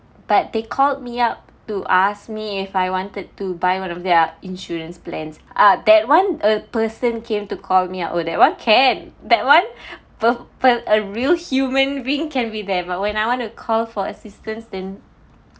but they called me up to ask me if I wanted to buy one of their insurance plans ah that [one] a person came to call me up oh that [one] can that [one] for for a real human being can be there but when I want to call for assistance then